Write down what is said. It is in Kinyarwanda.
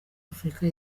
afurika